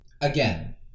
again